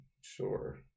Sure